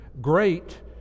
great